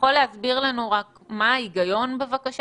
שמותר במקום פרטי